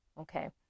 okay